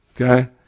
Okay